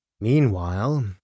meanwhile